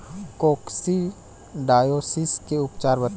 Coccidiosis के उपचार बताई?